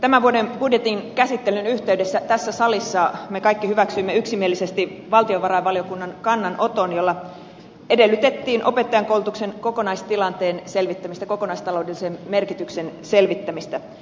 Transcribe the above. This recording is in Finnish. tämän vuoden budjetin käsittelyn yhteydessä tässä salissa me kaikki hyväksyimme yksimielisesti valtiovarainvaliokunnan kannanoton jolla edellytettiin opettajankoulutuksen kokonaistilanteen selvittämistä kokonaistaloudellisen merkityksen selvittämistä